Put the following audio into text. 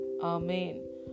Amen